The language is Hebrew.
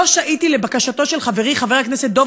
לא שעיתי לבקשתו של חברי חבר הכנסת דב